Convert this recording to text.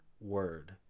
word